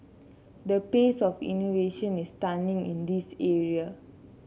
the pace of innovation is stunning in this area